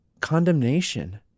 Condemnation